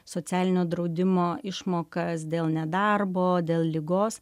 socialinio draudimo išmokas dėl nedarbo dėl ligos